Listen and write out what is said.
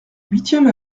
huitième